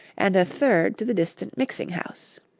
and a third to the distant mixing-house.